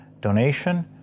donation